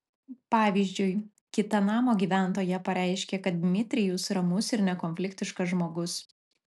pavyzdžiui kita namo gyventoja pareiškė kad dmitrijus ramus ir nekonfliktiškas žmogus